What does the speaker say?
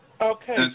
Okay